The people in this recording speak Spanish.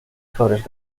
flores